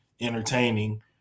entertaining